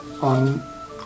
on